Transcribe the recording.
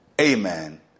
amen